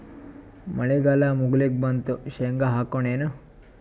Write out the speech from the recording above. ಮಳಿಗಾಲ ಮುಗಿಲಿಕ್ ಬಂತು, ಶೇಂಗಾ ಹಾಕೋಣ ಏನು?